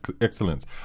excellence